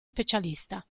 specialista